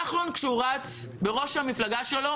כחלון כשהוא רץ בראש המפלגה שלו,